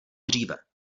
dříve